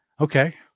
okay